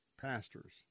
pastors